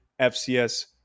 FCS